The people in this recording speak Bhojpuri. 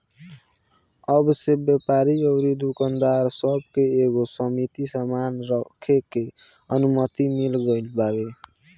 अब से व्यापारी अउरी दुकानदार सब के एगो सीमित सामान रखे के अनुमति मिल गईल बावे